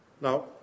Now